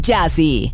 Jazzy